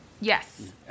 Yes